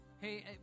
Hey